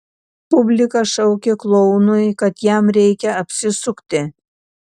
publika šaukė klounui kad jam reikia apsisukti